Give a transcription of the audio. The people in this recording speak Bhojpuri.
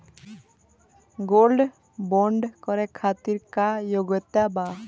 गोल्ड बोंड करे खातिर का योग्यता बा?